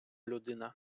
людина